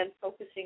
focusing